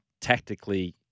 tactically